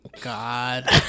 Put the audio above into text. God